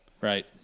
right